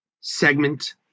segment